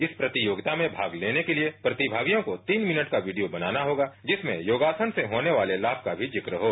इस प्रतियोगिता में चाग लेने के लिये प्रतिमागियों को तीन मिनट का वीडियो बनाना रोगा जिसमें योगासन से रोने वाले लाम का भी जिक्र रो